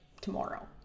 tomorrow